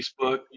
Facebook